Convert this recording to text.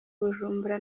bujumbura